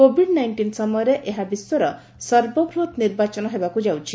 Covid nineteen ସମୟରେ ଏହା ବିଶ୍ୱର ସର୍ବବୃହତ ନିର୍ବାଚନ ହେବାକୁ ଯାଉଛି